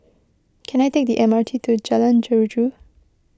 can I take the M R T to Jalan Jeruju